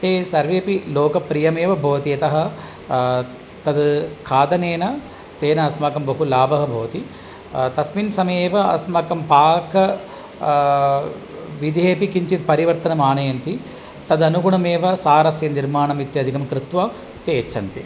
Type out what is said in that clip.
ते सर्वेऽपि लोकप्रियमेव भवन्ति यतः तद् खादनेन तेन अस्माकं बहु लाभः भवति तस्मिन् समयेव अस्माकं पाकविधेऽपि किञ्चित् परिवर्तनम् आनयन्ति तदनुगुणमेव सारस्य निर्माणम् इत्यादिकं कृत्वा ते यच्छन्ति